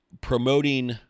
promoting